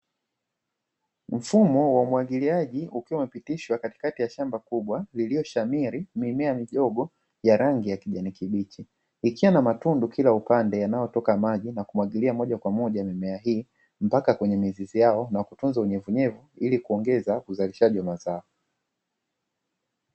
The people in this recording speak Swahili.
Mfumo wa umwagiliaji ukiwa umepitishwa katikati ya shamba kubwa ilioshamiri mimea midogo ya rangi ya kijani kibichi. Ikiwa na matundu kila upande yanayotoka maji na kumwagilia moja kwa moja mimea hii mpaka kwenye mizizi yao na kutunza unyevu unyevu ili kuongeza uzalishaji wa mazao.